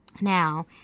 Now